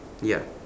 ya